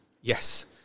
Yes